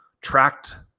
tracked